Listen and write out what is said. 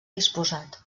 disposat